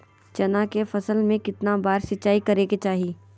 चना के फसल में कितना बार सिंचाई करें के चाहि?